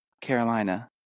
Carolina